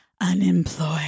unemployed